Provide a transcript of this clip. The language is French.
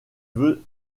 veut